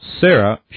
Sarah